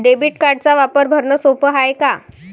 Debit कार्डचा वापर भरनं सोप हाय का?